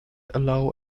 allow